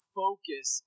focus